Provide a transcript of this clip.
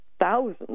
thousands